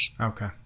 Okay